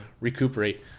recuperate